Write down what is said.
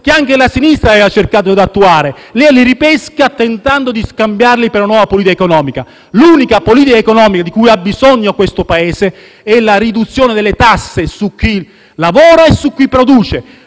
che anche la sinistra aveva cercato di attuare, lei li ripesca tentando di scambiarli per una nuova politica economica. L'unica politica economica di cui ha bisogno questo Paese è la riduzione delle tasse su chi lavora e su chi produce.